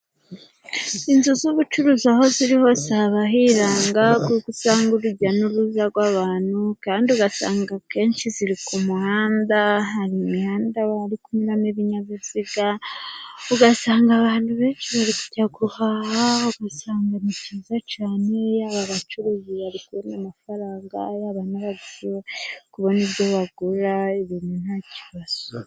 Inzu z'ubucuruzi aho ziri hose haba hiranga ,kuko usanga urujya n'uruza rw'abantu kandi ugasanga akenshi ziri ku muhanda ,hari imihanda haba hari kunyura n'ibinyabiziga, ugasanga abantu benshi bari kujya guhaha, ugasanga ni byiza cyane, yaba abacuruzi bari kubona amafaranga, yaba n'aba n'abaguzi bari kubona ibyo bagura ,ibintu ntakibazo.